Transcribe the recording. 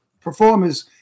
performers